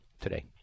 today